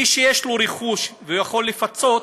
מי שיש לו רכוש ויכול לפצות,